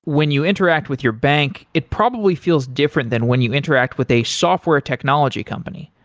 when you interact with your bank, it probably feels different than when you interact with a software technology company.